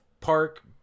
park